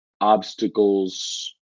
obstacles